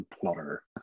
plotter